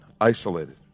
isolated